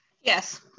Yes